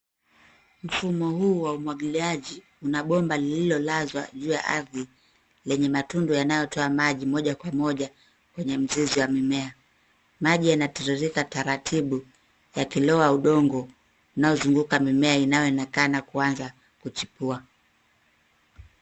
Mfumo huu wa umwagiliaji una bomba lililolazwa juu ya ardhi lenye matundu yanayotoa maji moja kwa moja kwenye mzizi wa mimea. Maji yanatiririka taratibu yakilowa udongo unaozunguka mimea inayoonekana kuanza kuchipua.